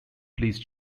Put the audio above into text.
please